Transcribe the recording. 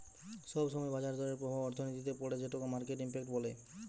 সব সময় বাজার দরের প্রভাব অর্থনীতিতে পড়ে যেটোকে মার্কেট ইমপ্যাক্ট বলে